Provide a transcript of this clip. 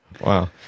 Wow